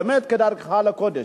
באמת כדרכך בקודש.